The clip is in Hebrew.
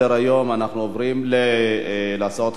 אנחנו עוברים להצעות חקיקה.